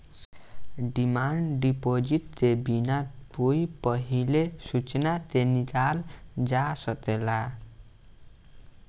demand deposit के बिना कोई पहिले सूचना के निकालल जा सकेला